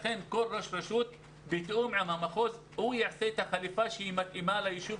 לכן כל ראש רשות יתפור את החליפה שמתאימה לישוב